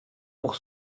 pour